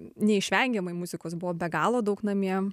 neišvengiamai muzikos buvo be galo daug namie